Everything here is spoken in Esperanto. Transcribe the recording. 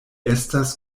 estas